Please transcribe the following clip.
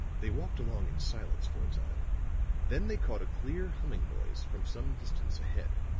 they walked along in silence for a time then they caught a clear humming noise from some distance ahead.